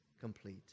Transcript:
complete